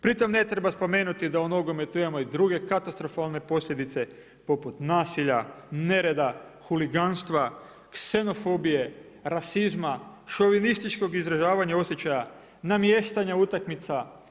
Pri tome ne treba spomenuti da u nogometu imamo i druge katastrofalne posljedice poput nasilja, nereda, huliganstva, ksenofobije, rasizma, šovinističkog izražavanja osjećaja, namještaja utakmica.